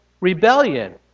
rebellion